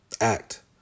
act